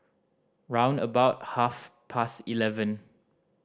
round about half past eleven